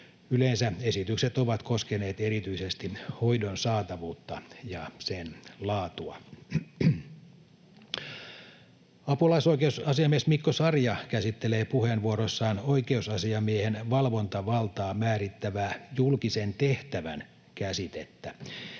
Yleensä esitykset ovat koskeneet erityisesti hoidon saatavuutta ja sen laatua. Apulaisoikeusasiamies Mikko Sarja käsittelee puheenvuorossaan oikeusasiamiehen valvontavaltaa määrittävää julkisen tehtävän käsitettä